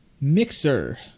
Mixer